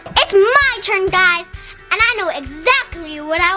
it's my turn guys and i know exactly what i